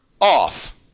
off